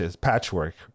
patchwork